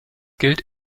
gilt